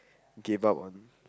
gave up on